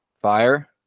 Fire